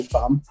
Farm